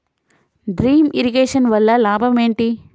Drip irrigation వల్ల లాభం ఏంటి?